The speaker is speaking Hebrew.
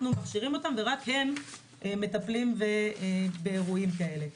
אנחנו מכשירים אותם ורק הם מטפלים באירועים כאלה.